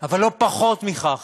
אבל לא פחות מכך,